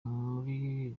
muri